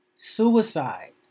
Suicide